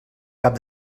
cap